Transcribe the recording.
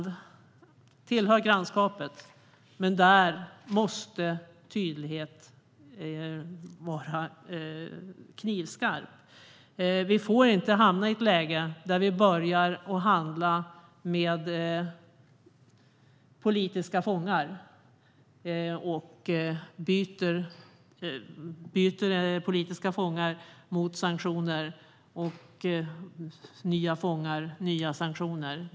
De tillhör grannskapet, och där måste tydligheten vara knivskarp. Vi får inte hamna i ett läge där vi börjar handla med politiska fångar, byter politiska fångar mot sanktioner och nya fångar mot nya sanktioner.